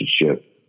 relationship